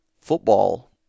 football